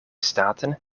staten